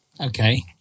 Okay